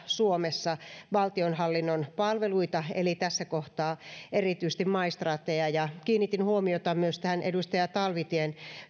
suomessa valtionhallinnon palveluita eli tässä kohtaa erityisesti maistraatteja kiinnitin huomiota myös tähän edustaja talvitien